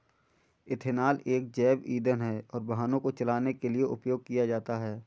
ethanol एक जैव ईंधन है और वाहनों को चलाने के लिए उपयोग किया जाता है